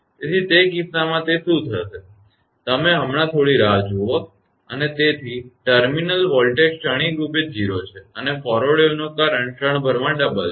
તેથી તે કિસ્સામાં તે શું થશે કે તમે હમણાં થોડી રાહ જુઓ અને તેથી ટર્મિનલ વોલ્ટેજ ક્ષણિકરૂપે 0 છે અને ફોરવર્ડ વેવનો કરંટ ક્ષણભરમાં ડબલ છે